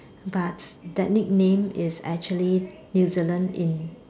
but that nickname is actually New Zealand in